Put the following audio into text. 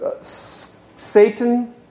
Satan